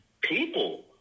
People